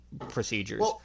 procedures